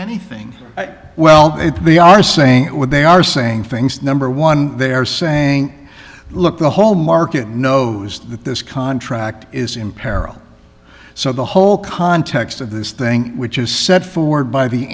anything well they are saying what they are saying things number one they are saying look the whole market knows that this contract is in peril so the whole context of this thing which is set forward by the